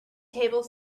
table